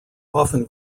often